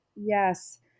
Yes